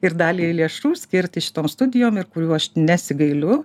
ir dalį lėšų skirti šitom studijom ir kurių aš nesigailiu